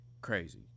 crazy